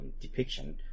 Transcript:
depiction